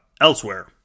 elsewhere